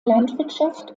landwirtschaft